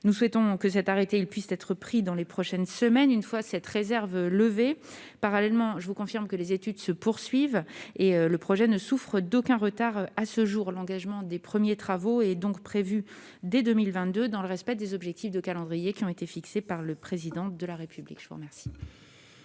Nous souhaitons que l'arrêté puisse être pris dans les prochaines semaines une fois la réserve levée. Parallèlement, je vous confirme que les études se poursuivent et le projet ne souffre d'aucun retard à ce jour. L'engagement des premiers travaux est donc prévu dès 2022, dans le respect des objectifs de calendrier fixés par le Président de la République. La parole